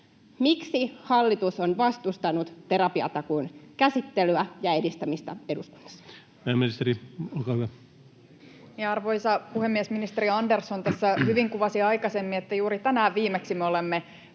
Miksi hallitus on vastustanut terapiatakuun käsittelyä ja edistämistä eduskunnassa? Pääministeri, olkaa hyvä. Arvoisa puhemies! Ministeri Andersson tässä aikaisemmin hyvin kuvasi sitä, että juuri tänään viimeksi me olemme